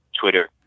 Twitter